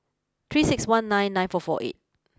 three six one nine nine four four eight